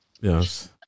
Yes